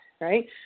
Right